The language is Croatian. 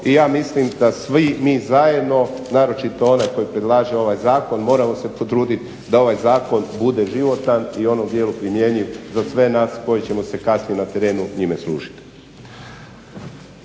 i ja mislim da svi mi zajedno naročito onaj koji predlaže ovaj zakon morao se potruditi da ovaj zakon bude životan i u onom djelu primjenjiv za sve nas koji ćemo se kasnije na terenu njime služiti.